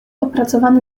opracowany